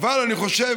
אבל אני חושב,